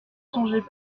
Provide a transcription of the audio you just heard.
songeait